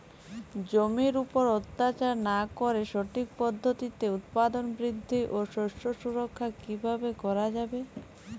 জমির উপর অত্যাচার না করে সঠিক পদ্ধতিতে উৎপাদন বৃদ্ধি ও শস্য সুরক্ষা কীভাবে করা যাবে?